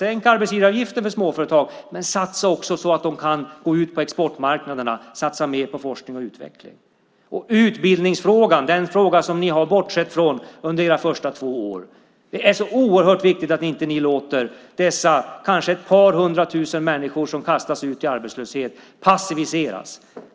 Sänk arbetsgivaravgiften för småföretag, men satsa också så att de kan gå ut på exportmarknaderna. Satsa mer på forskning och utveckling. Utbildningsfrågan har ni bortsett från under era första två år. Det är så oerhört viktigt att ni inte låter dessa kanske ett par hundra tusen människor som kastas ut i arbetslöshet passiviseras.